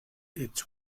its